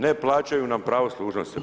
Ne plaćaju nam pravo služnosti.